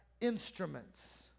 instruments